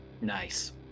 Nice